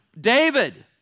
David